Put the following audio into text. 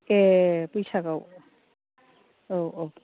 ए बैसागआव औ औ